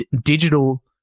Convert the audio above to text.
digital